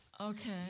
Okay